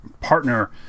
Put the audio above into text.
partner